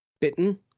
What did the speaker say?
Bitten